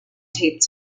taped